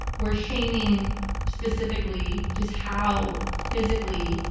we're shaming specifically just how physically,